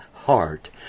heart